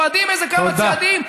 צועדים כמה צעדים,